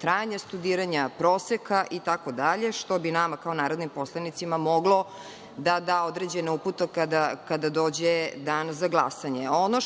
trajanja studiranja, proseka, itd, što bi nama kao narodnim poslanicima moglo da da određene upute kada dođe Dan za glasanje. Ono